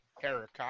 Terracotta